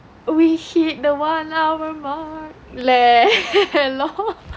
oh we hit the one hour mark leh